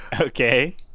Okay